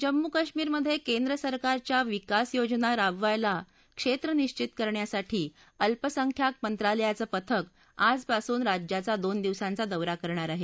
जम्मू कश्मीरमधे केंद्र सरकारच्या विकास योजना राबवण्यासाठी क्षेत्र निश्वित करायला अल्पसंख्याक मंत्रालयाचं पथक आजपासून राज्याचा दोन दिवसांचा दौरा करणार आहे